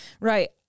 right